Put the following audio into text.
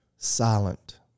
silent